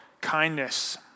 kindness